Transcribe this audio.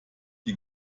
die